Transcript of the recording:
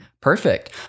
Perfect